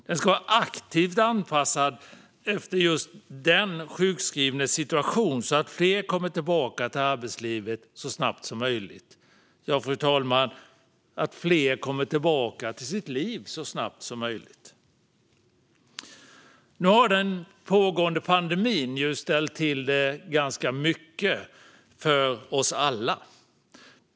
Den ska vara aktivt anpassad efter just den sjukskrivnes situation så att fler kommer tillbaka till arbetslivet så snabbt som möjligt och så att fler, fru talman, kommer tillbaka till sitt liv så snabbt som möjligt. Nu har den pågående pandemin ställt till det ganska mycket för oss alla.